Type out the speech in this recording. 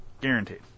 Guaranteed